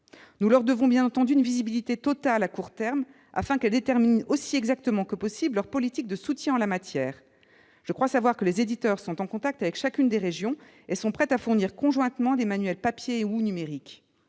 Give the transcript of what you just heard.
Nous leur devons, bien entendu, une visibilité totale à court terme, afin qu'elles déterminent aussi exactement que possible leur politique de soutien en la matière. Je crois savoir que les éditeurs sont en contact avec chacune des régions et sont prêts à fournir conjointement des manuels papier et/ou numériques.